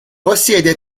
possiede